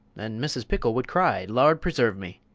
and mrs. pickle would cry, lard presarve me!